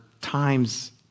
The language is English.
times